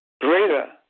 greater